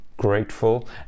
Grateful